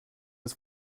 ist